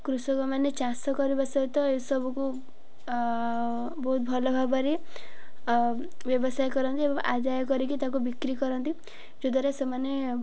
କୃଷକମାନେ ଚାଷ କରିବା ସହିତ ଏସବୁକୁ ବହୁତ ଭଲ ଭାବରେ ବ୍ୟବସାୟ କରନ୍ତି ଏବଂ ଆଦାୟ କରିକି ତାକୁ ବିକ୍ରି କରନ୍ତି ଯଦ୍ୱାରା ସେମାନେ